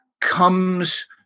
comes